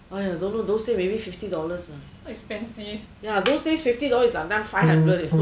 !aiyo! don't know maybe those days is fifty dollars lah ya those days fifty dollars is like now five hundred you know